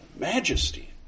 Majesty